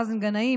מאזן גנאים,